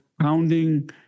pounding